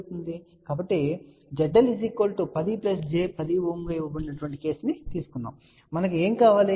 కాబట్టి ZL 10 j 10 Ω ఇవ్వబడిన కేసును తీసుకుందాం మరియు మనకు ఏమి కావాలి